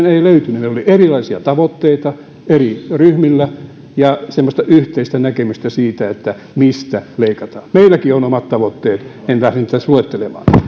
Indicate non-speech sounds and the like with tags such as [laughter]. [unintelligible] ei löytynyt meillä oli erilaisia tavoitteita eri ryhmillä ja semmoista yhteistä näkemystä siitä mistä leikataan ei löytynyt meilläkin on omat tavoitteemme en lähde niitä tässä luettelemaan